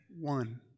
one